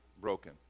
broken